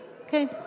Okay